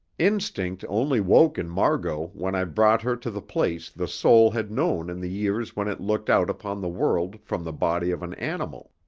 instinct only woke in margot when i brought her to the place the soul had known in the years when it looked out upon the world from the body of an animal.